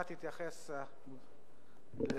והשרה תתייחס לדברים.